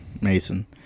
mason